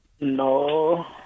no